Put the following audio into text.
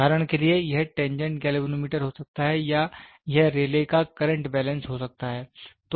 उदाहरण के लिए यह टेंजेंट गैल्वेनोमीटर हो सकता है या यह रेले का current balance Rayleigh's current balance हो सकता है